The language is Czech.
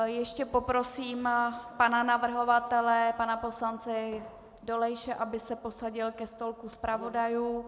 Ještě poprosím pana navrhovatele pana poslance Dolejše, aby se posadil ke stolku zpravodajů.